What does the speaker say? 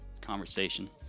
conversation